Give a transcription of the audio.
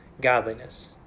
godliness